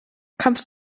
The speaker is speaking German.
kommst